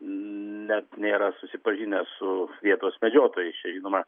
net nėra susipažinęs su vietos medžiotojais čia žinoma